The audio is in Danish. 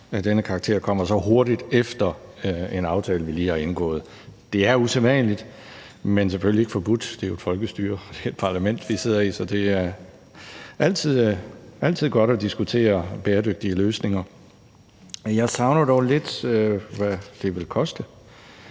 af denne karakter kommer så hurtigt efter en aftale, vi lige har indgået. Det er usædvanligt, men selvfølgelig ikke forbudt. Det er jo et folkestyre, det er et parlament, vi sidder i, så det er altid godt at diskutere bæredygtige løsninger. Jeg savner dog lidt at høre, hvad det vil koste.